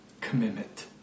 commitment